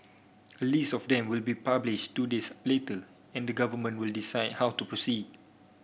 a list of them will be published two days later and the government will decide how to proceed